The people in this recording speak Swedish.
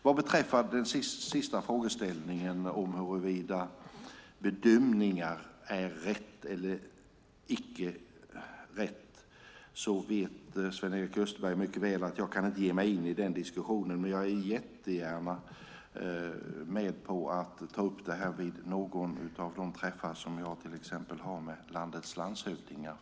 När det gäller den sista frågan om huruvida bedömningar är riktiga och så vidare vet Sven-Erik Österberg mycket väl att jag inte kan ge mig in i diskussionen. Jag är jättegärna med och tar upp detta vid någon av de träffar jag har med landets landshövdingar.